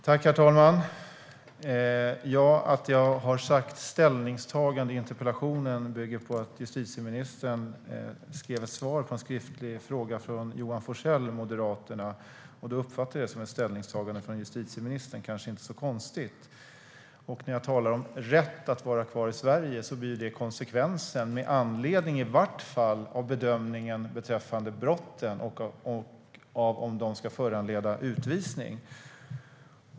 Herr talman! Att jag skrev "ställningstagande" i interpellationen bygger på att jag uppfattade det som justitieministern skrev i sitt svar på en skriftlig fråga från Johan Forssell, Moderaterna, som ett ställningstagande. Det är kanske inte så konstigt. När jag talar om "rätt att vara kvar i Sverige" blir det konsekvensen med anledning i varje fall av bedömningen beträffande brotten och av om de ska föranleda utvisning.